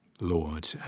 lord